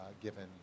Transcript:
given